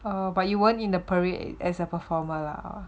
err but you weren't in the parade as a performer lah